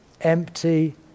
empty